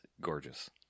gorgeous